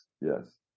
yes